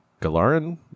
Galarin